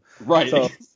Right